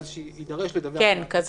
אז שיידרש לדווח גם לוועדה.